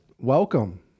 welcome